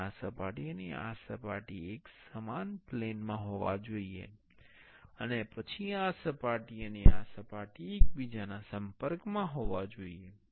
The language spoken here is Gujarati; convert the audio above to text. અને આ સપાટી અને આ સપાટી એક સમાન પ્લેન માં હોવા જોઈએ અને પછી આ સપાટી અને આ સપાટી એકબીજાના સંપર્કમાં હોવા જોઈએ